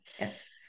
yes